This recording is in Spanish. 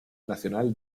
nacional